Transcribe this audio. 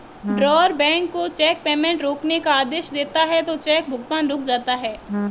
drawer bank को cheque payment रोकने का आदेश देता है तो चेक भुगतान रुक जाता है